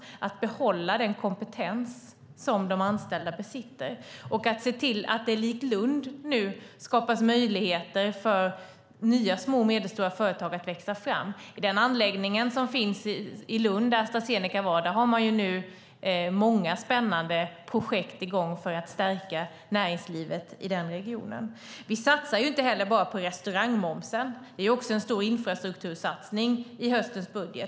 Det gäller att behålla den kompetens som de anställda besitter och att se till att det likt i Lund nu skapas möjligheter för nya små och medelstora företag att växa fram. I den anläggning som finns i Lund, där Astra Zeneca var, har man nu många spännande projekt i gång för att stärka näringslivet i regionen. Vi satsar heller inte bara på restaurangmomsen, utan det är en stor infrastruktursatsning i höstens budget.